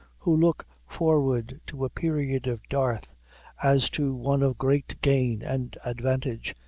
who look forward to a period of dearth as to one of great gain and advantage,